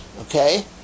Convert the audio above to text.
okay